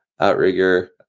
outrigger